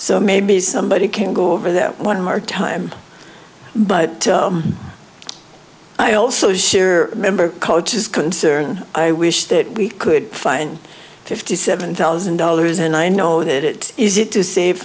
so maybe somebody can go over that one more time but i also share member cultures concern i wish that we could find fifty seven thousand dollars and i know that it is it to save